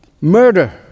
murder